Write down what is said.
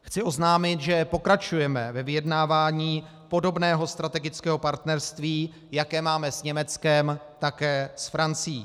Chci oznámit, že pokračujeme ve vyjednávání podobného strategického partnerství, jaké máme s Německem, také s Francií.